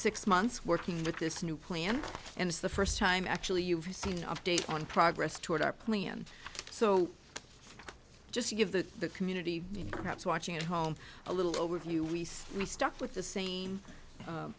six months working with this new plan and it's the first time actually you've seen an update on progress toward our plan so just to give the community perhaps watching at home a little overview we see we stuck with the same